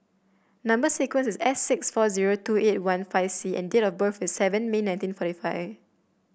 number sequence is S six four zero two eight one five C and date of birth is seven May nineteen forty five